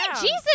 Jesus